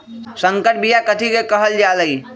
संकर बिया कथि के कहल जा लई?